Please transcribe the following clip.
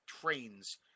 trains